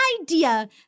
idea